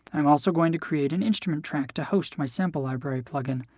i'm also going to create an instrument track to host my sample library plug-in.